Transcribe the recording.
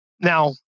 Now